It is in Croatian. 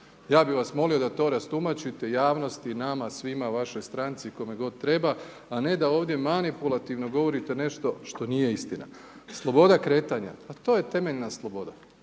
Ja bih vas molimo da to rastumačite javnosti, nama svima, vašoj stranci kome god treba, a ne da ovdje manipulativno govorite nešto što nije istina. Sloboda kretanja pa to je temeljna sloboda,